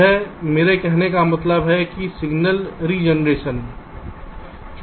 यह मेरा कहने का मतलब है कि सिग्नल रीजेनरेशन है